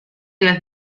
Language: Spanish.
las